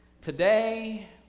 Today